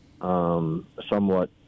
somewhat